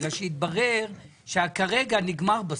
מכיוון שהתברר שה-"כרגע" נגמר בסוף,